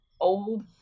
old